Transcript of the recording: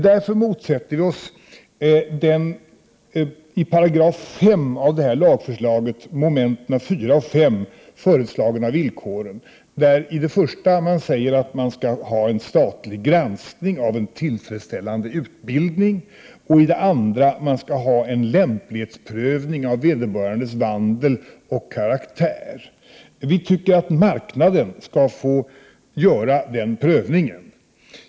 Därför motsätter vi oss de i 5 § mom. 4 och 5 i det här lagförslaget föreslagna villkoren. I det första momentet säger man att det skall finnas en statlig granskning av en tillfredsställande utbildning, och i det andra momentet att det skall finnas en lämplighetsprövning av vederbörandes vandel och karaktär. Vi tycker att marknaden skall få göra den prövningen.